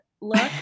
look